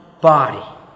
body